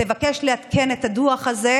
תבקש לעדכן את הדוח הזה.